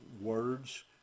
Words